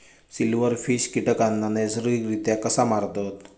Silverfish कीटकांना नैसर्गिकरित्या कसा मारतत?